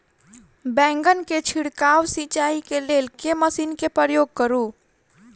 बैंगन केँ छिड़काव सिचाई केँ लेल केँ मशीन केँ प्रयोग करू?